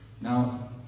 Now